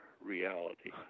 reality